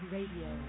Radio